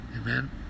Amen